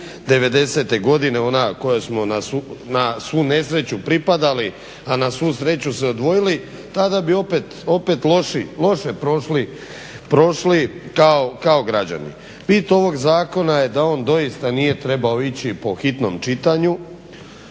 godine, ona kojoj smo na svu nesreću pripadali, a na svu sreću se odvojili, tada bi opet loše prošli kao građani. Bit ovog zakona je da on doista nije trebao ići po hitnom čitanju,